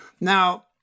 Now